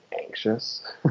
anxious